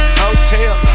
hotel